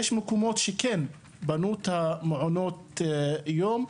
יש מקומות שכן בנו את המעונות יום,